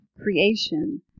creation